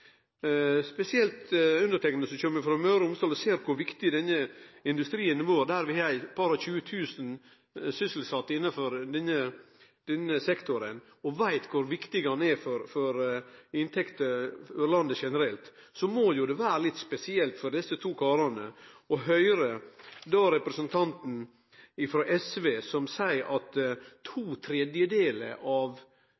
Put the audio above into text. Spesielt underteikna, som kjem frå Møre og Romsdal, ser kor viktig denne industrien har vore – ein har ca. 22 000 sysselsette innanfor denne sektoren – og veit kor viktig han er for inntekter til landet. Det må vere litt spesielt for desse to karane å høyre representanten frå SV som seier at to